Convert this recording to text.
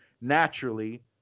naturally